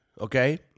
okay